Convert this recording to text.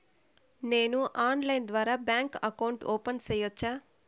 నేను ఆన్లైన్ ద్వారా bank account open సేయొచ్చా?